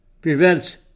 prevents